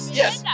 yes